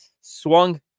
swung